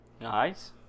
Nice